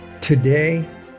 today